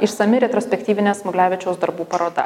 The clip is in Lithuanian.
išsami retrospektyvinė smuglevičiaus darbų paroda